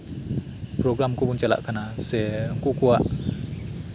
programme ᱠᱚᱵᱩᱱ ᱪᱟᱞᱟᱜ ᱠᱟᱱᱟ ᱥᱮ ᱩᱱᱠᱩ ᱠᱚᱣᱟᱜ